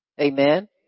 Amen